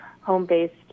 home-based